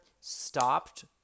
stopped